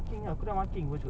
affan